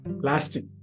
plastic